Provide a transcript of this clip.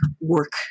work